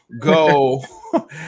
go